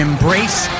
Embrace